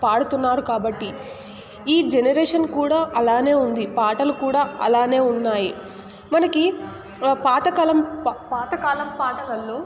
పాడుతున్నారు కాబట్టి ఈ జనరేషన్ కూడా అలానే ఉంది పాటలు కూడా అలానే ఉన్నాయి మనకి పాతకాలం పాతకాలం పాటలలో